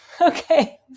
okay